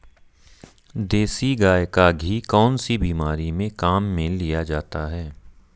देसी गाय का घी कौनसी बीमारी में काम में लिया जाता है?